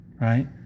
right